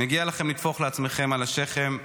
מגיע לכם לטפוח לעצמכם על השכם.